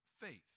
Faith